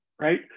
right